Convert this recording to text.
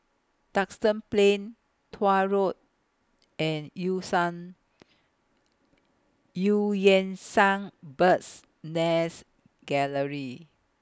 Duxton Plain Tuah Road and EU Sang EU Yan Sang Bird's Nest Gallery